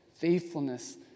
faithfulness